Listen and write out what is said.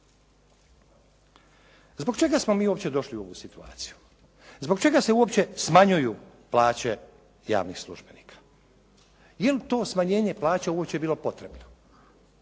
Zbog čega smo mi uopće došli u ovu situaciju? Zbog čega se uopće smanjuju plaće javnih službenika? Jel' to smanjenje plaća uopće bilo potrebno?